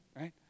Right